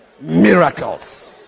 miracles